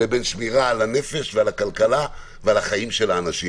לבין שמירה על הנפש ועל הכלכלה ועל החיים של האנשים,